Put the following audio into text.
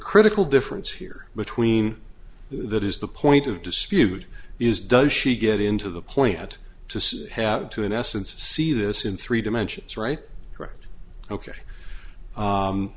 critical difference here between that is the point of dispute is does she get into the plant to have to in essence see this in three dimensions right correct ok